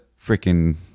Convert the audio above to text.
freaking